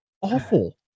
awful